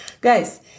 Guys